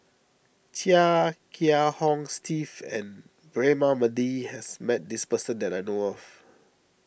Chia Kiah Hong Steve and Braema Mathi has met this person that I know of